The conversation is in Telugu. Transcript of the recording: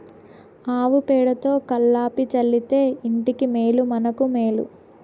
ఆవు పేడతో కళ్లాపి చల్లితే ఇంటికి మేలు మనకు మేలు